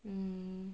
um